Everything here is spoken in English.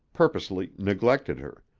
purposely neglected her,